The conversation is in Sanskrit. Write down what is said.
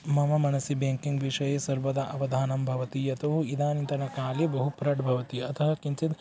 मम मनसी ब्याङ्किङ्ग् विषये सर्वदा अवधानं भवति यतो इदानींतनकाले बहु प्रड् भवति अतः किञ्चित्